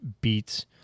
beats